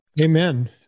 Amen